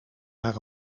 naar